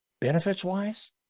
benefits-wise